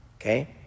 okay